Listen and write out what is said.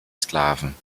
sklaven